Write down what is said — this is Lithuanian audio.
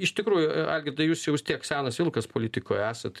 iš tikrųjų algirdai jūs jau vis tiek senas vilkas politikoje esat